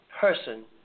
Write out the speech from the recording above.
person